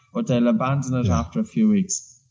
but they'll abandon it after a few weeks.